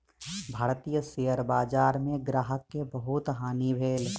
भारतीय शेयर बजार में ग्राहक के बहुत हानि भेल